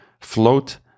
Float